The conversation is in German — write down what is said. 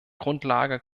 grundlage